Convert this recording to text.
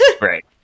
Right